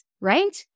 right